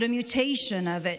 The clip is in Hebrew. but a mutation of it,